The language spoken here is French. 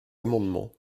amendement